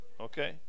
Okay